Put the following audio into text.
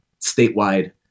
statewide